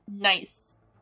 Nice